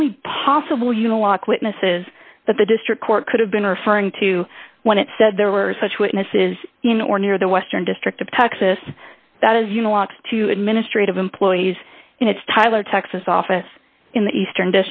only possible uniloc witnesses that the district court could have been referring to when it said there were such witnesses in or near the western district of texas that as you know want to administrative employees in its tyler texas office in the eastern